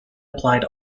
applied